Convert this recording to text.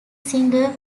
singer